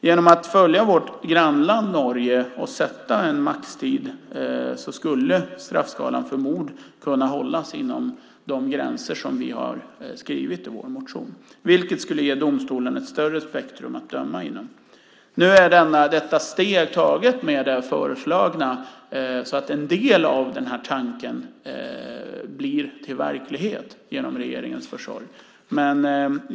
Genom att följa vårt grannland Norge och sätta en maxtid skulle straffskalan för mord kunna hållas inom de gränser som vi har skrivit om i vår motion. Det skulle ge domstolarna ett bredare spektrum att döma inom. Nu är steget taget med det föreslagna, och en del av tanken blir till verklighet genom regeringens försorg.